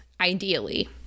ideally